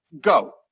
Go